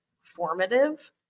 formative